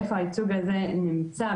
איפה הייצוג הזה נמצא,